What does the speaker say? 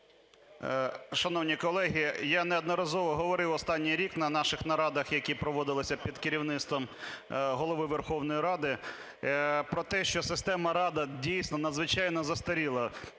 Шановні колеги, я неодноразово говорив останній рік на наших нарадах, які проводилися під керівництвом Голови Верховної Ради, про те, що система "Рада" дійсно надзвичайно застаріла,